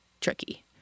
tricky